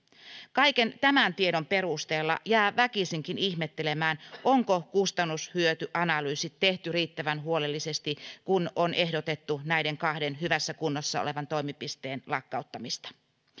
kaiken tämän tiedon perusteella jää väkisinkin ihmettelemään onko kustannus hyöty analyysit tehty riittävän huolellisesti kun on ehdotettu näiden kahden hyvässä kunnossa olevan toimipisteen lakkauttamista